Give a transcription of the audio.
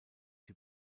die